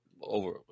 over